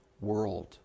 world